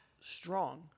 strong